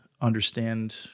understand